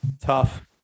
Tough